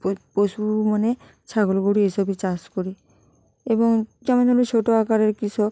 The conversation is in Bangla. ওই পশু মানে ছাগল গরু এই সবই চাষ করি এবং যেমন আমি ছোটো আকারের কৃষক